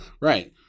Right